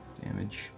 damage